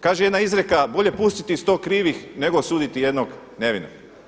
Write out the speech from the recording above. Kaže jedna izreka, bolje pustiti 100 krivih nego suditi jednog nevinog.